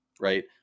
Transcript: right